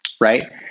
Right